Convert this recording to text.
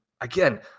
again